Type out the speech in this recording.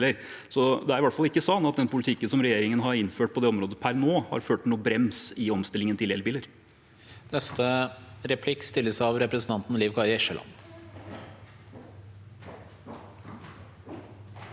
så det er i hvert fall ikke slik at den politikken som regjeringen har innført på det området per nå, har ført til noen brems i omstillingen til elbiler.